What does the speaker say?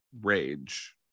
rage